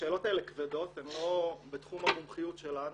השאלות האלה כבדות, הן לא בתחום המומחיות שלנו,